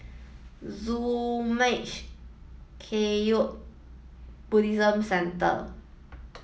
Zurmang Kagyud Buddhist Centre